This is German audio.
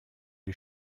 die